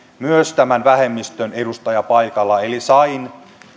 myös tämän vähemmistön edustaja paikalla eli sain